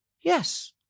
Yes